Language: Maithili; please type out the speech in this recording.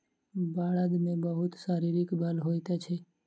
बड़द मे बहुत शारीरिक बल होइत अछि